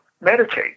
meditate